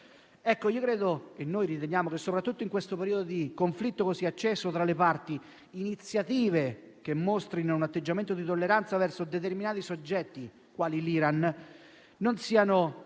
lo minacciate». Noi riteniamo, soprattutto in questo periodo di conflitto così acceso tra le parti, che iniziative che mostrino un atteggiamento di tolleranza verso determinati soggetti quali l'Iran non siano